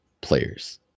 players